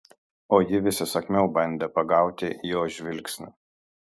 o ji vis įsakmiau bandė pagauti jo žvilgsnį